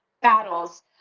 battles